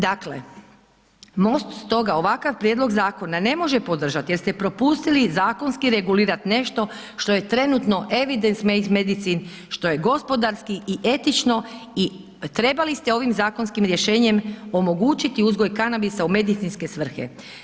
Dakle, MOST stoga ovakav prijedlog zakona ne može podržat jer ste propustili zakonski regulirat nešto što je trenutno… [[Govornik se ne razumije]] što je gospodarski i etično i trebali ste ovim zakonskim rješenjem omogućiti uzgoj kanabisa u medicinske svrhe.